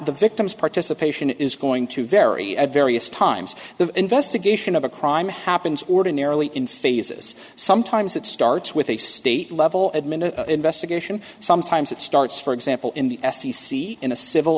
the victims participation is going to vary at various times the investigation of a crime happens ordinarily in phases sometimes it starts with a state level admin an investigation sometimes it starts for example in the s c c in a civil